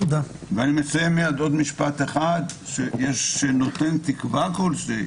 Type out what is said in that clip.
אני אסיים במשפט שנותן תקווה כלשהי.